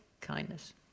kindness